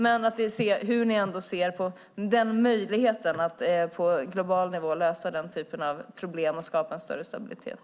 Jag undrar hur ni ser på den möjligheten att på global nivå lösa den typen av problem och skapa en större stabilitet.